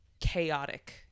chaotic